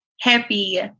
happy